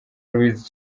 luiz